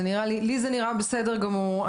לי זה נראה בסדר גמור,